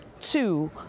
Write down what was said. two